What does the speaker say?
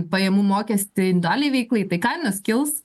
pajamų mokestį indualiai veiklai tai kainos kils